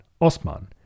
Osman